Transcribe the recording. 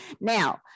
Now